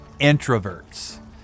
introverts